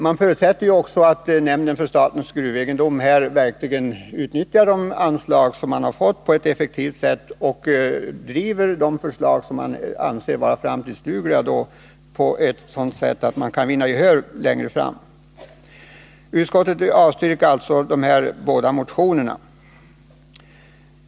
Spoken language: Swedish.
Vi förutsätter också att nämnden för statens gruvegendom på ett effektivt sätt utnyttjar de anslag man har fått och driver de förslag som man anser vara framtidsdugliga på ett sådant sätt att man kan vinna gehör för dem längre fram. Utskottet avstyrker alltså de här båda motionerna.